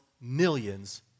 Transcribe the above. millions